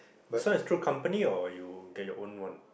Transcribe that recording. this one is through company or you get your own one